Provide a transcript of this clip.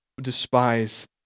despise